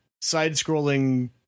side-scrolling